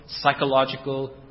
psychological